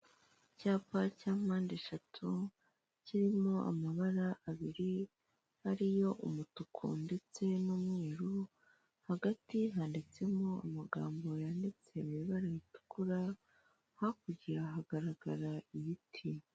Icyapa cya mpande eshatu kirimo amabara abiri ari yo: umutuku ndetse n'umweru, hagati handitsemo amagambo yanditse mu ibara ritukura, hakurya hagaragara ibiti.